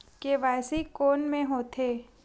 KYC कोन में होथे?